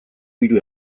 hiru